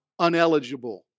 uneligible